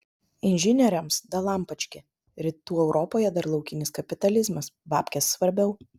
inžinieriams dalampački rytų europoje dar laukinis kapitalizmas babkės svarbiau